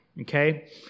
okay